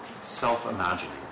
self-imagining